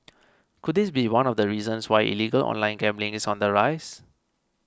could this be one of the reasons why illegal online gambling is on the rise